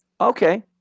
Okay